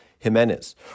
Jimenez